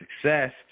success